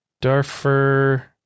Darfur